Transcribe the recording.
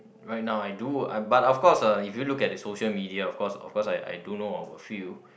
right now I do I but of course uh if you look at the social media of course of course I I do know of a few